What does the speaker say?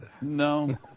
No